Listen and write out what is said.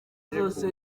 zose